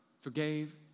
forgave